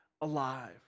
alive